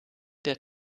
der